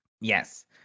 Yes